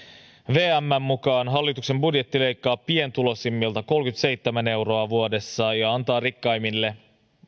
vmn mukaan hallituksen budjetti leikkaa pienituloisimmilta kolmekymmentäseitsemän euroa vuodessa ja antaa rikkaimmille